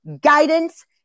guidance